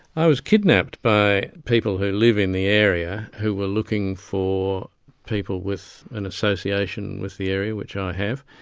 i was kidnapped by people who live in the area who were looking for people with an association with the area, which i have,